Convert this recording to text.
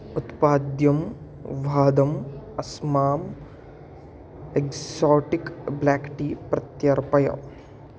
उत्पाद्यं वादम् अस्मान् एक्सोटिक् ब्लाक् टी प्रत्यर्पय